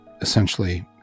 essentially